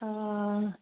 ओ